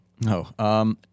No